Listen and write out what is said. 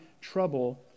trouble